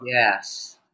yes